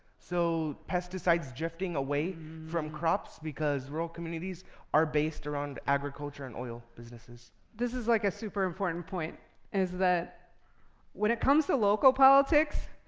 so pesticides drifting away from crops, because rural communities are based around agriculture and oil businesses. this is like a super important point is that when it comes to local politics,